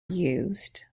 used